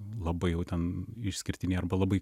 labai jau ten išskirtiniai arba labai